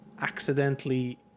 accidentally